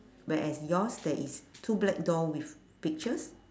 but as yours there is two black door with pictures